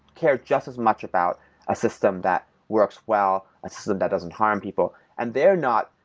care just as much about a system that works well, a system that doesn't harm people. and they're not,